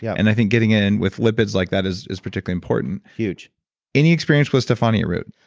yeah and i think getting in with lipids like that is is particularly important huge any experience with stephania root?